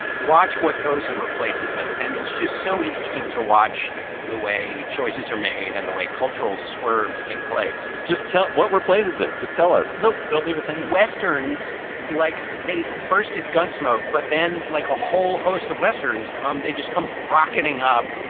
watch what goes in, replaces it. and it's just so interesting to watch the way choices are made and the way cultural swerves take place just tell what replaces it. just tell us don't leave a thing in westerns like they first. it's gunsmoke. but then, like a whole host of westerns come, they just come rocketing up.